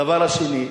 הדבר השני,